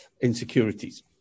insecurities